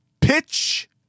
Pitch